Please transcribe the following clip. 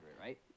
right